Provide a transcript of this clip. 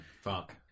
Fuck